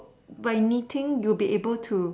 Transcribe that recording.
by knitting you will be able to